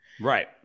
Right